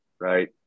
right